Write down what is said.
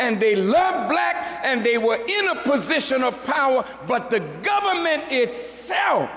and they love black and they were in a position of power but the government itself